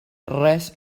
res